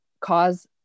cause